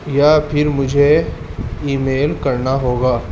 یا پھر مجھے ای میل کرنا ہوگا